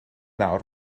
nawr